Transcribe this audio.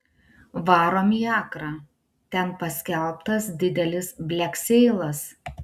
varom į akrą ten paskelbtas didelis blekseilas